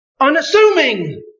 Unassuming